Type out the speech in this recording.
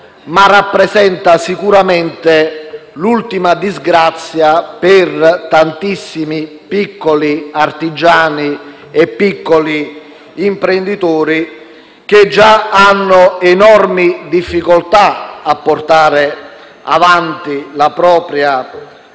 ma rappresenta l'ultima disgrazia per tantissimi piccoli artigiani e piccoli imprenditori che già hanno enormi difficoltà a portare avanti la propria